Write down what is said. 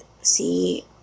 see